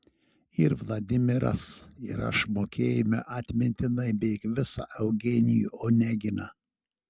ir vladimiras ir aš mokėjome atmintinai beveik visą eugenijų oneginą